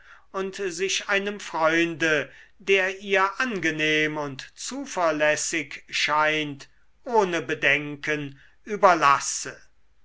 und sich einem freunde der ihr angenehm und zuverlässig scheint ohne bedenken überlasse